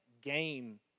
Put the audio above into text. gain